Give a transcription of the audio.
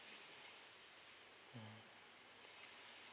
mm